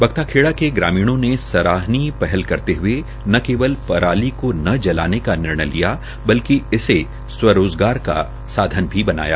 बख्ताखेड़ा के ग्रामीणों ने सराहनीय पहल करते हये न केवल पराली को न जलाने का निर्णय लिया बल्कि इसे रोज़गार का साधन भी बनाया